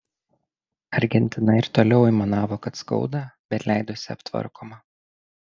argentina ir toliau aimanavo kad skauda bet leidosi aptvarkoma